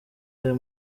ayo